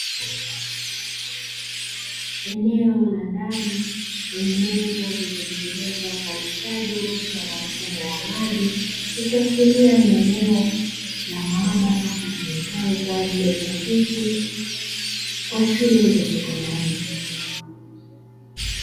Eneo la ndani lenye meza zilizotengenezwa kwa ustadi zikiwa na mfumo wa maji ikiashiria ni eneo la maabara litumikalo kwa ajili ya utafiti kwa shule za sekondari.